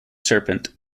serpent